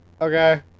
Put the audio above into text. Okay